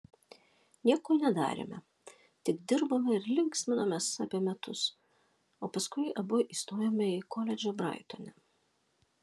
nieko nedarėme tik dirbome ir linksminomės apie metus o paskui abu įstojome į koledžą braitone